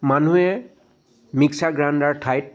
মানুহে mixer grinder ঠাইত